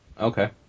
Okay